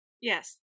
Yes